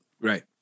right